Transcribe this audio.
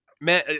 man